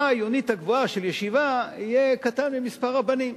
העיונית הגבוהה של ישיבה לא יהיה קטן ממספר הבנים.